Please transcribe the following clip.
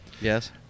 Yes